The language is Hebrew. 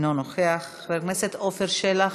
אינו נוכח, חבר הכנסת עפר שלח,